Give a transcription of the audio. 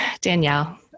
Danielle